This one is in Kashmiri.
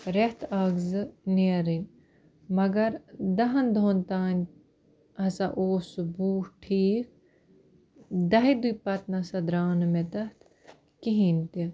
ریٚتھ اَکھ زٕ نیرٕنۍ مگر دَہَن دۄہَن تانۍ ہَسا اوس سُہ بوٗٹھ ٹھیٖک دَہہِ دُہۍ پَتہٕ نَہ سا درٛاو نہٕ مےٚ تَتھ کِہیٖنۍ تہِ